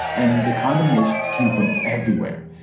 and the condemnations came from everywhere.